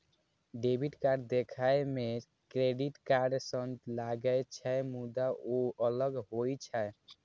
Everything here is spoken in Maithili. डेबिट कार्ड देखै मे क्रेडिट कार्ड सन लागै छै, मुदा ओ अलग होइ छै